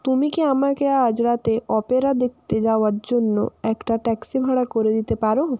তুমি কি আমাকে আজ রাতে অপেরা দেখতে যাওয়ার জন্য একটা ট্যাক্সি ভাড়া করে দিতে পারো